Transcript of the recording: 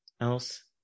else